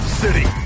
city